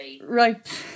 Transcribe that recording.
Right